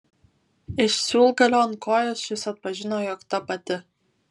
iš siūlgalio ant kojos šis atpažino jog ta pati